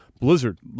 Blizzard